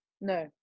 No